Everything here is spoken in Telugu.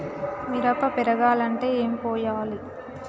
మిరప పెరగాలంటే ఏం పోయాలి?